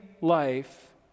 life